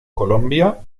colombia